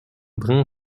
brun